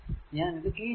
ഞാൻ ഇത് ക്ലീൻ ആക്കുന്നു